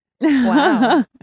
Wow